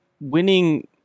winning